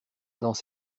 dans